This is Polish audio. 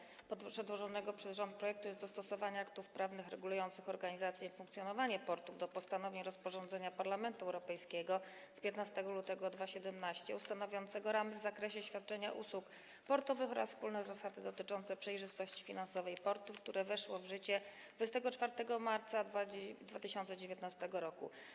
Zasadniczym celem przedłożonego przez rząd projektu jest dostosowanie aktów prawnych regulujących organizację i funkcjonowanie portów do postanowień rozporządzenia Parlamentu Europejskiego z 15 lutego 2017 r. ustanawiającego ramy w zakresie świadczenia usług portowych oraz wspólne zasady dotyczące przejrzystości finansowej portów, które weszło w życie 24 marca 2019 r.